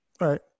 Right